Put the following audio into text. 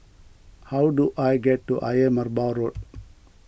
how do I get to Ayer Merbau Road